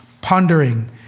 pondering